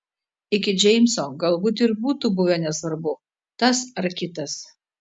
iki džeimso galbūt ir būtų buvę nesvarbu tas ar kitas